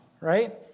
Right